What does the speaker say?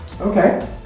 Okay